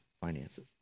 finances